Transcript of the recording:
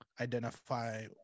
identify